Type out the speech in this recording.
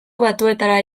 batuetara